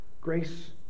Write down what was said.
grace